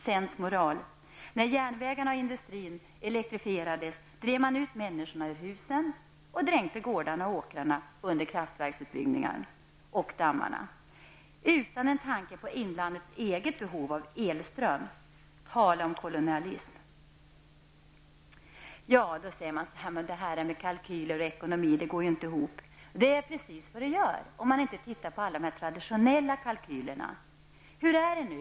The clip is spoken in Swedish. Sensmoralen blir att när järnvägarna och industrin elektrifierades drev man ut människorna ur husen och dränkte gårdarna och åkrarna under kraftverksutbyggnader och dammar utan en tanke på inlandets eget behov av elström. Tala om kolonialism! Man att kalkyler och ekonomi går inte ihop, men det är precis vad det gör om man inte tittar på alla de här traditionella kalkylerna.